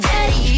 Daddy